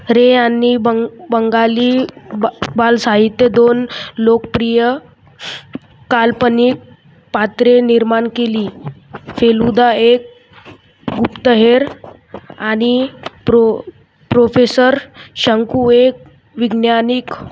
रे यांनी बंग बंगाली बा बालसाहित्य दोन लोकप्रिय काल्पनिक पात्रे निर्माण केली फेलुदा एक गुप्तहेर आणि प्रो प्रोफेसर शंकू एक वैज्ञानिक